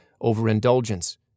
overindulgence